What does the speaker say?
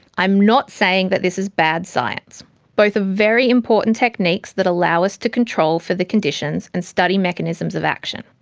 i'm not saying that this is bad science both are very important techniques that allow us to control for the conditions, and study mechanisms of action.